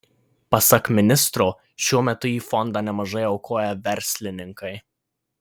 pasak ministro šiuo metu į fondą nemažai aukoja verslininkai